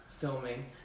filming